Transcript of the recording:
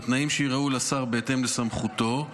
בתנאים שייראו לשר בהתאם לסמכותו,